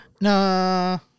no